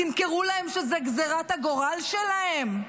תמכרו להם שזו גזרת הגורל שלהם?